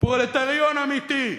פרולטריון אמיתי.